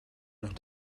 noch